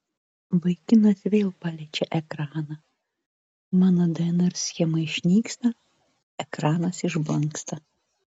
vaikinas vėl paliečia ekraną mano dnr schema išnyksta ekranas išblanksta